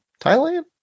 thailand